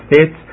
states